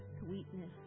sweetness